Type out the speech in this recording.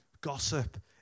Gossip